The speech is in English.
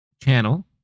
channel